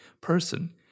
person